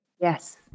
Yes